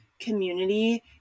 community